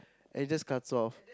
and he just cuts off